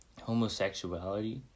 homosexuality